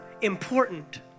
important